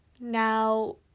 now